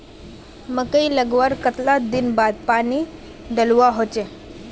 मकई लगवार कतला दिन बाद पानी डालुवा होचे?